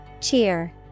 Cheer